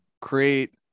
create